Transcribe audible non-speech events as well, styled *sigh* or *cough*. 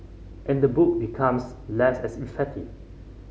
and the book becomes less *unintelligible* effective